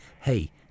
hey